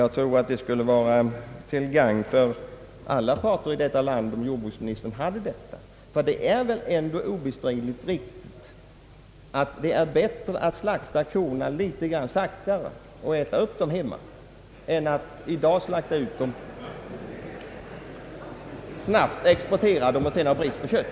Jag tror det skulle vara till gagn för alla parter i detta land, om jordbruksministern hade detta tålamod. Det är väl ändå obestridligt att det är bättre att utföra slakten av kor i långsammare takt, d.v.s. successivt, och äta upp köttet här hemma, än att i dag slakta ut kobeståndet och exportera köttet till låga priser och sedan ha brist på kött.